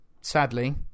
sadly